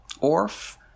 ORF